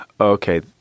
okay